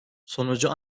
sonucu